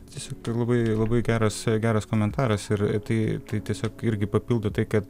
tiesiog tai labai labai geras geras komentaras ir tai tai tiesiog irgi papildo tai kad